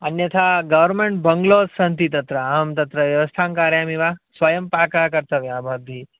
अन्यथा government bungalows सन्ति तत्र अहं तत्र व्यवस्थां कारयामि वा स्वयं पाकः कर्तव्यः भवद्भिः